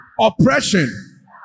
oppression